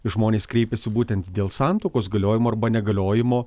žmonės kreipiasi būtent dėl santuokos galiojimo arba negaliojimo